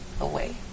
away